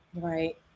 Right